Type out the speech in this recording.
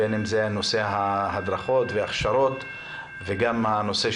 בין אם זה ההדרכות וההכשרות וגם נושא